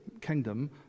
kingdom